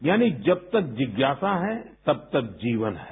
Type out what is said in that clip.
यानी जब तक जिज्ञासा है तब तक जीवन है